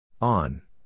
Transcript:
On